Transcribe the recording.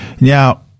Now